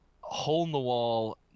hole-in-the-wall